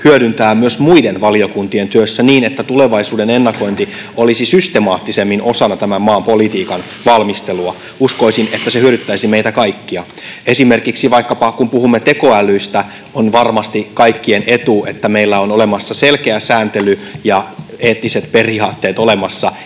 hyödyntää myös muiden valiokuntien työssä, niin että tulevaisuuden ennakointi olisi systemaattisemmin osana tämän maan politiikan valmistelua. Uskoisin, että se hyödyttäisi meitä kaikkia. Esimerkiksi kun puhumme tekoälystä, on varmasti kaikkien etu, että meillä on olemassa selkeä sääntely ja eettiset periaatteet ennen